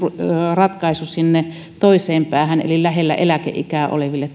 ratkaisu sinne toiseen päähän eli lähellä eläkeikää oleville